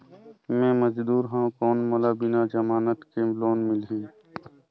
मे मजदूर हवं कौन मोला बिना जमानत के लोन मिलही?